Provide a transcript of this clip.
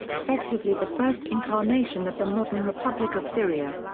effectively the first incarnation of the modern republic of syria.